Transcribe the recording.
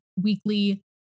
weekly